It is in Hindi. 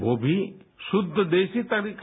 वो भी शुद्ध देसी तरीका